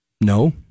No